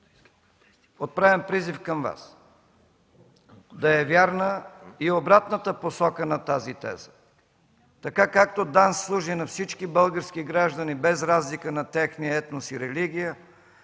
Отправям призив към Вас да е вярна и обратната посока на тази теза. Така, както ДАНС служи на всички български граждани без разлика на техния етнос и религия,